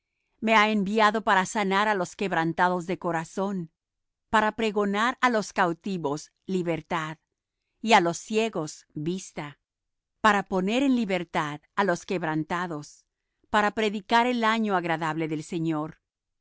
me ha enviado para sanar á los quebrantados de corazón para pregonar á los cautivos libertad y á los ciegos vista para poner en libertad á los quebrantados para predicar el año agradable del señor